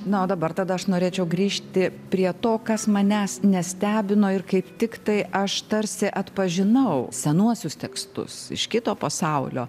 na o dabar tada aš norėčiau grįžti prie to kas manęs nestebino ir kaip tiktai aš tarsi atpažinau senuosius tekstus iš kito pasaulio